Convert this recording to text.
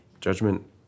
judgment